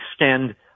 extend